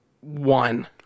one